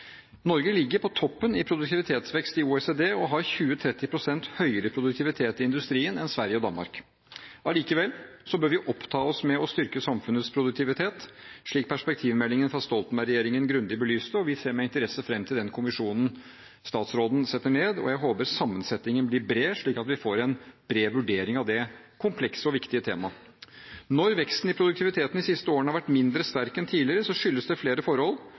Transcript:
Norge ligger på toppen i produktivitetsvekst i OECD og har 20–30 pst. høyere produktivitet i industrien enn Sverige og Danmark. Allikevel bør vi være opptatt av å styrke samfunnets produktivitet, slik perspektivmeldingen fra Stoltenberg-regjeringen grundig belyste. Vi ser med interesse fram til den kommisjonen statsråden setter ned, og jeg håper sammensettingen blir bred, slik at vi får en bred vurdering av dette komplekse og viktige temaet. Når veksten i produktiviteten de siste årene har vært mindre sterk enn tidligere, skyldes det flere forhold,